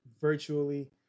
virtually